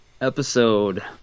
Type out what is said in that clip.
episode